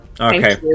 Okay